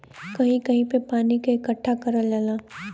कहीं कहीं पे पानी के इकट्ठा करल जाला